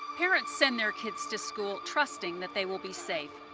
parents send their kids to school trusting that they will be safe,